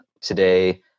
today